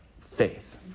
faith